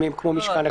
אם הם כמו משכן הכנסת.